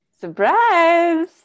Surprise